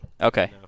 Okay